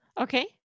Okay